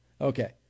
Okay